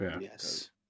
Yes